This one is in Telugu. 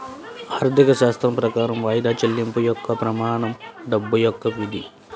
ఆర్థికశాస్త్రం ప్రకారం వాయిదా చెల్లింపు యొక్క ప్రమాణం డబ్బు యొక్క విధి